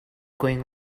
going